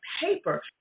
paper